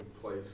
place